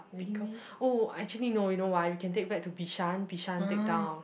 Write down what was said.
becau~ oh actually no you know why we can take back to Bishan Bishan take down